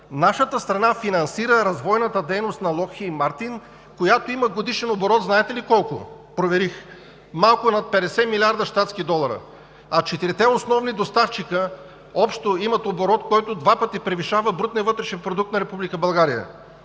Нашата страна финансира развойната дейност на „Локхийд Мартин“, която има годишен оборот, знаете ли, колко? Проверих – малко над 50 млрд. щатски долара, а четирите основни доставчика общо имат оборот, който два пъти превишава брутния вътрешен продукт на